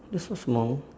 that's not small